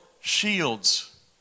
shields